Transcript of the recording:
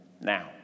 now